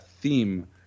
theme